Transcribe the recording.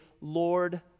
Lord